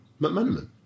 McManaman